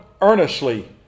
earnestly